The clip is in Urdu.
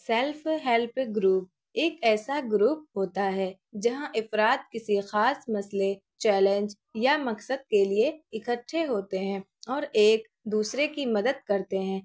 سیلف ہیلپ گروپ ایک ایسا گروپ ہوتا ہے جہاں افراد کسی خاص مسئلے چیلنج یا مقصد کے لیے اکٹھے ہوتے ہیں اور ایک دوسرے کی مدد کرتے ہیں